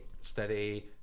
Steady